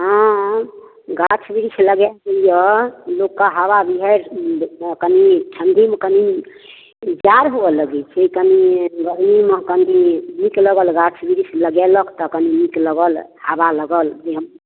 हाँ गाछ वृक्ष लगै लिऽ नहि तऽ हावा बिहारि कनि ठण्डीमे कनि जाड़ हुऽ लगै छै कनि गर्मीमे कनि नीक लगल गाछ वृक्ष लगेलक तऽ कनि नीक लगल हवा लगल जे